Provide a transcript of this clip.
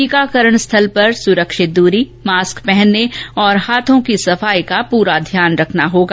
टीकाकरण स्थल पर सुरक्षित दूरी मास्क पहनने और हाथों की सफाई का पूरा ध्यान रखना होगा